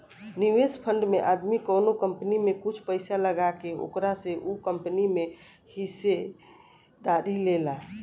निवेश फंड में आदमी कवनो कंपनी में कुछ पइसा लगा के ओकरा से उ कंपनी में हिस्सेदारी लेला